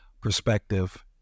perspective